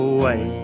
away